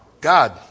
God